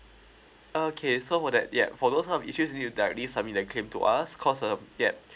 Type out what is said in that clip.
okay so for that ya for those some issues you need to directly submit the claim to us cause um yup